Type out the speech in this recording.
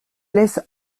laisses